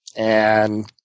and